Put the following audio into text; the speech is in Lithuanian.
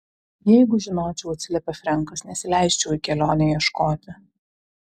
jeigu žinočiau atsiliepė frenkas nesileisčiau į kelionę ieškoti